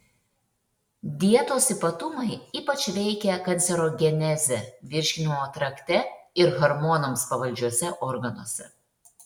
dietos ypatumai ypač veikia kancerogenezę virškinimo trakte ir hormonams pavaldžiuose organuose